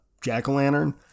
jack-o'-lantern